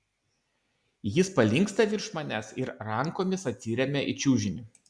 jis palinksta virš manęs ir rankomis atsiremia į čiužinį